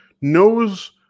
knows